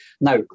Now